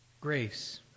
grace